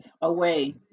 away